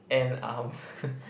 an hour